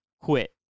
quit